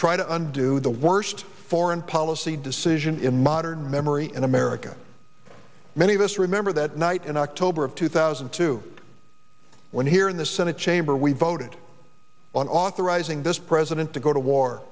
try to undo the worst foreign policy decision in modern memory in america many of us remember that night in october of two thousand and two when here in the senate chamber we voted on authorizing this president to go to war